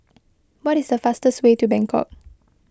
what is the fastest way to Bangkok